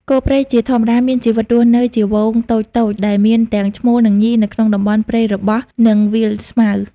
គោព្រៃជាធម្មតាមានជីវិតរស់នៅជាហ្វូងតូចៗដែលមានទាំងឈ្មោលនិងញីនៅក្នុងតំបន់ព្រៃរបោះ និងវាលស្មៅ។